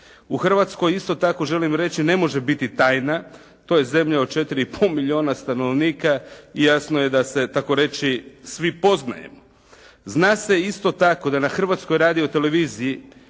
U Hrvatskoj isto tako želim reći ne može biti tajna, to je zemlja od 4,5 milijuna stanovnika i jasno je da se tako reći svi poznajemo. Zna se isto tako da na Hrvatskoj radio-televiziji